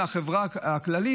מאשר בחברה הכללית.